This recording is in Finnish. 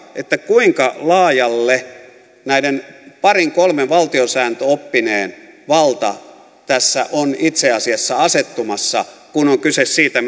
kuinka laajalle näiden parin kolmen valtiosääntöoppineen valta tässä on itse asiassa asettumassa kun on kyse siitä